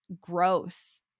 gross